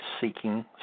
seeking